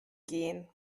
gehen